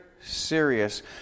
serious